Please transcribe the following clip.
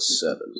seven